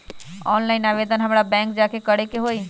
Online आवेदन हमरा bank जाके करे के होई?